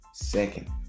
second